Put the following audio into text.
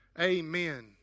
Amen